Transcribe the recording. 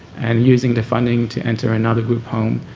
and using the funding to enter another group home.